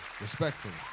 respectfully